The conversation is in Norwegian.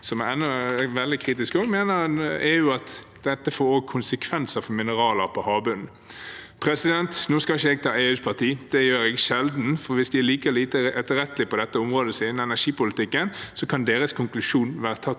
som er veldig kritisk – mener EU at dette får konsekvenser for mineraler på havbunnen. Nå skal ikke jeg ta EUs parti, det gjør jeg sjelden, for hvis de er like lite etterrettelige på dette området som innen energipolitikken, kan deres konklusjon være tatt